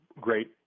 great